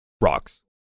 rocks